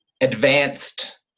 advanced